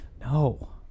No